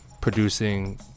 producing